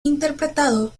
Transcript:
interpretado